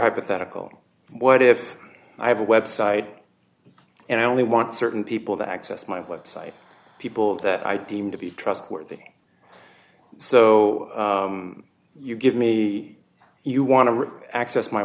hypothetical what if i have a website and i only want certain people to access my website people that i deem to be trustworthy so you give me you want to access my